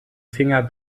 finger